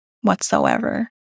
whatsoever